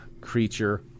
creature